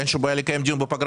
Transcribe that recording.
אין שום בעיה לקיים דיון בפגרה,